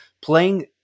playing